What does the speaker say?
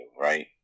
Right